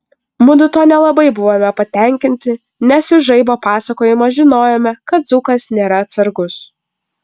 mudu tuo nelabai buvome patenkinti nes iš žaibo pasakojimo žinojome kad dzūkas nėra atsargus